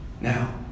Now